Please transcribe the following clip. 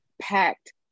packed